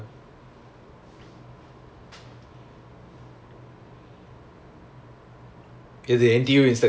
then like our Instagram also like them dead sia seriously